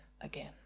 again